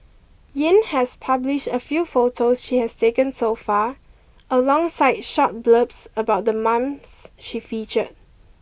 Yin has published a few photos she has taken so far alongside short blurbs about the mom's she featured